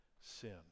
sin